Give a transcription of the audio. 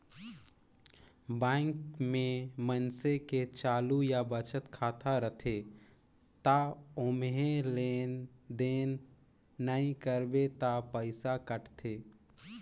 bank में मइनसे के चालू या बचत खाता रथे त ओम्हे लेन देन नइ करबे त पइसा कटथे